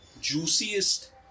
juiciest